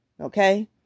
okay